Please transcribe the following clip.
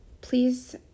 Please